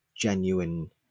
genuine